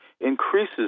increases